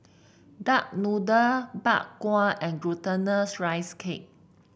Duck Noodle Bak Kwa and Glutinous Rice Cake